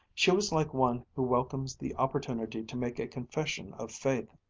she was like one who welcomes the opportunity to make a confession of faith.